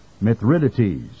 Mithridates